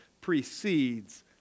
precedes